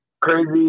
crazy